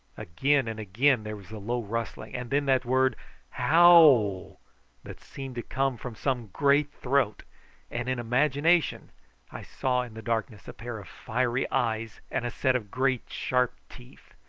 again and again there was the low rustling, and then that word howl that seemed to come from some great throat and in imagination i saw in the darkness a pair of fiery eyes and a set of great sharp teeth.